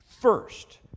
first